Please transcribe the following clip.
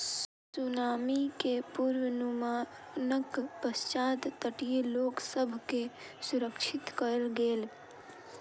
tsunami के पुर्वनुमानक पश्चात तटीय लोक सभ के सुरक्षित कयल गेल